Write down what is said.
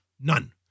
None